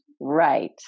right